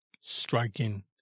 striking